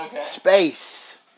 space